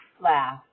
Laugh